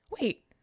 Wait